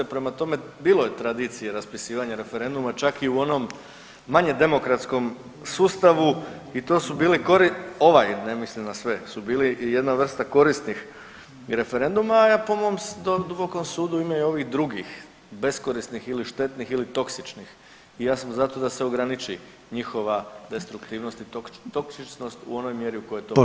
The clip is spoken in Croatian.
Prema tome, bilo je tradicije raspisivanja referenduma, čak i u onom manje demokratskom sustavu i to su bili, ovaj ne mislim na sve, su bili i jedna vrsta korisnih i referenduma, a po mom dubokom sudu ima i ovih drugih beskorisnih ili štetnih ili toksičnih i ja sam za to da se ograniči njihova destruktivnost i toksičnost u onoj mjeri u kojoj je to … [[Govornik se ne razumije]] Hvala.